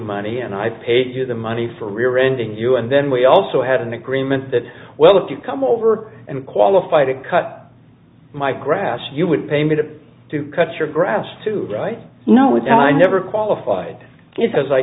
money and i paid you the money for rear ending you and then we also had an agreement that well if you come over and qualify to cut my grass you would pay me to to cut your grass too right no and i never qualified it says i